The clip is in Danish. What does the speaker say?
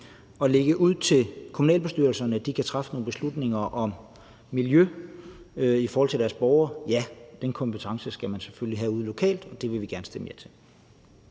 at lægge det ud til kommunalbestyrelserne at træffe nogle beslutninger om miljø i forhold til deres borgere: Ja, den kompetence skal man selvfølgelig have ude lokalt, og det vil vi gerne stemme ja til.